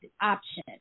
option